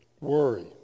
worry